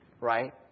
right